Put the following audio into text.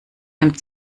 nimmt